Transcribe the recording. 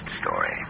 story